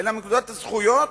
אלא מנקודת הזכויות,